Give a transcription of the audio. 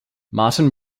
martin